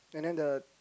and then the